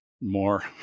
More